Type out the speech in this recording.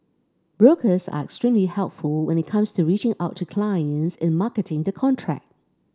brokers are extremely helpful when it comes to reaching out to clients in marketing the contract